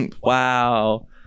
wow